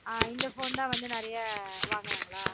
ஆ இந்த ஃபோன் தான் வந்து நிறைய வாங்குகிறாங்களா